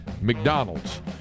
mcdonald's